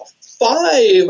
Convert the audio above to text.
five